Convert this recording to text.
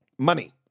Money